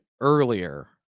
earlier